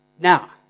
Now